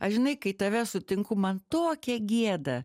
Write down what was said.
aš žinai kai tave sutinku man tokia gėda